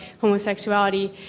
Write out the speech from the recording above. homosexuality